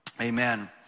Amen